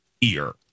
ear